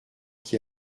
qui